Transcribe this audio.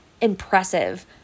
impressive